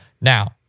Now